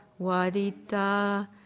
Wadita